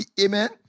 Amen